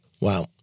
Wow